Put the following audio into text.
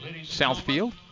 Southfield